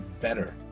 better